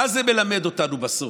מה זה מלמד אותנו בסוף?